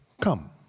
come